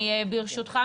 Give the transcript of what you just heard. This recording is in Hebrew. ברשותך,